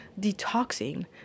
detoxing